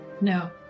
no